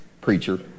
preacher